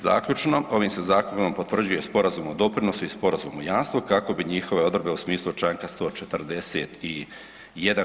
Zaključno, ovim se zakonom potvrđuje Sporazum o doprinosu i Sporazum o jamstvu kako bi njihove odredbe u smislu čl. 141.